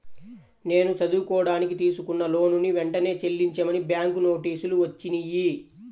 నేను చదువుకోడానికి తీసుకున్న లోనుని వెంటనే చెల్లించమని బ్యాంకు నోటీసులు వచ్చినియ్యి